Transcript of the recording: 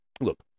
look